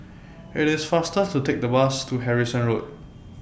IT IS faster to Take The Bus to Harrison Road